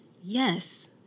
yes